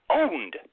owned